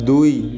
ଦୁଇ